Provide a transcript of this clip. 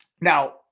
now